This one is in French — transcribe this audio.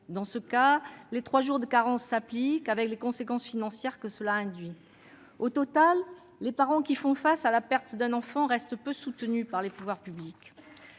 dernier cas, les trois jours de carence s'appliquent, avec les conséquences financières induises. Au final, les parents qui font face à la perte d'un enfant restent peu soutenus par les pouvoirs publics.